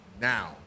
now